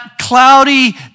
cloudy